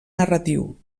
narratiu